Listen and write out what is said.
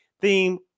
theme